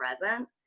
present